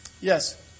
Yes